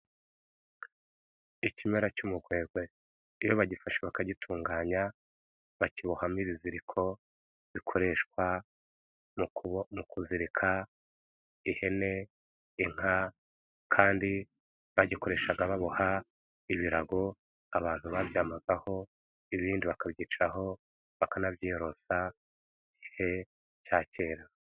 Ikimera cy'umugwegwe iyo bagifashe bakagitunganya, bakibohamo ibiziriko bikoreshwa mu kuzirika ihene, inka kandi bagikoreshaga baboha ibirago abantu baryamagaho ibindi bakabyicaraho, bakanabyiyorosa igihe cya kera.